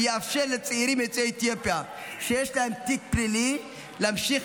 ויאפשר לצעירים יוצאי אתיופיה שיש להם תיק פלילי להמשיך